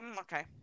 okay